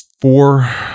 Four